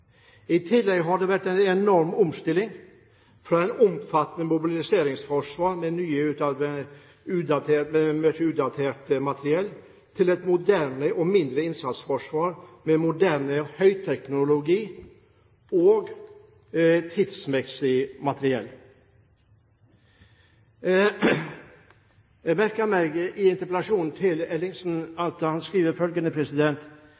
I tillegg har det vært en enorm omstilling, fra et omfattende mobiliseringsforsvar med mye utdatert materiell, til et moderne og mindre innsatsforsvar med moderne høyteknologi og mer tidsmessig materiell. Jeg merket meg at Ellingsen i